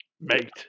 Mate